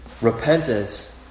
repentance